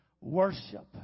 worship